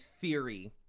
theory